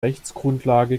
rechtsgrundlage